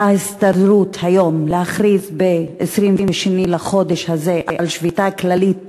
ההסתדרות היום: להכריז ב-22 בחודש הזה על שביתה כללית